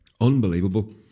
Unbelievable